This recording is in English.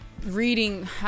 reading